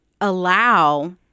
allow